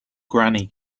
granny